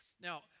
Now